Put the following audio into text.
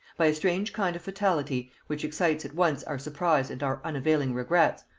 by a strange kind of fatality, which excites at once our surprise and our unavailing regrets,